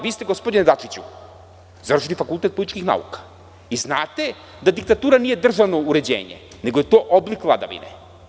Vi ste, gospodine Dačiću, završili Fakultet političkih nauka i znate da diktatura nije državno uređenje, nego je to oblik vladavine.